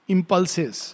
Impulses